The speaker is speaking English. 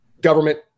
government